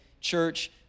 church